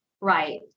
Right